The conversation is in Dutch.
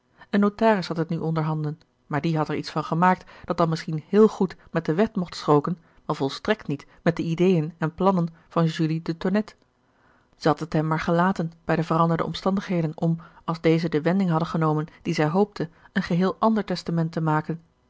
een notaris had het nu onder handen maar die had er iets van gemaakt dat dan misschien heel goed met de wet mocht strooken maar volstrekt niet met de ideeën en plannen van julie de tonnette zij had het hem maar gelaten bij de veranderde omstandigheden om als deze de wending hadden genomen die zij hoopte een geheel ander testament te maken